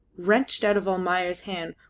wrenched out of almayer's hand,